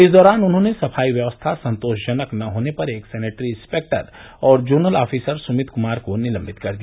इस दौरान उन्होंने सफाई व्यवस्था संतोषजनक न होने पर एक सेनेटरी इंस्पेक्टर और जोनल आफिसर सुमित कुमार को निलंबित कर दिया